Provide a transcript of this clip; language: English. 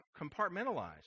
compartmentalized